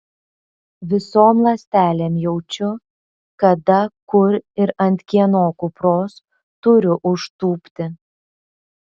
visom ląstelėm jaučiu kada kur ir ant kieno kupros turiu užtūpti